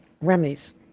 remedies